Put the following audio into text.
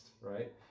right